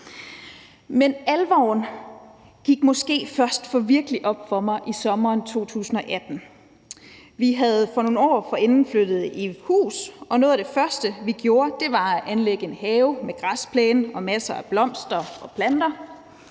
Men alvoren gik måske først virkelig op for mig i sommeren 2018. Vi var nogle år forinden flyttet i hus, og noget af det første, vi gjorde, var at anlægge en have med græsplæne og masser af blomster og planter.